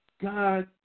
God